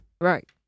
right